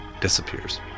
disappears